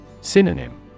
Synonym